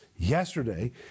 Yesterday